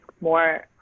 more